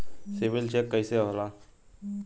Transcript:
CIBIL check कइसे होला?